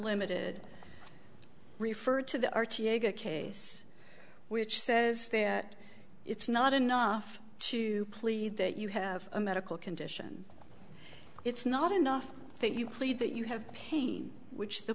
limited referred to the r t a good case which says that it's not enough to plead that you have a medical condition it's not enough that you plead that you have pain which the